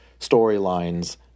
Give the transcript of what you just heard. storylines